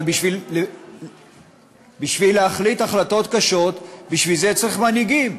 אבל בשביל להחליט החלטות קשות צריך מנהיגים.